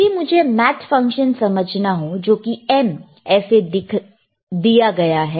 यदि मुझ math function समझना हो जो कि M ऐसे दिया गया है